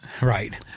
right